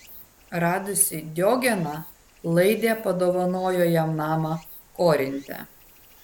radusi diogeną laidė padovanojo jam namą korinte